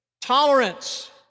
Tolerance